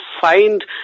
find